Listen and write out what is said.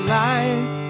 life